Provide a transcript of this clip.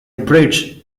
bridge